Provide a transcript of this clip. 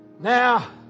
Now